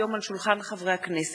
אחזקת מקום לשם זנות של קטין),